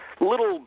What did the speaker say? little